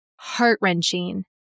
heart-wrenching